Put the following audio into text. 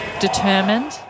determined